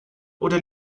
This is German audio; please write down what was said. oder